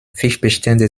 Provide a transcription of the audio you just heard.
fischbestände